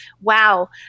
Wow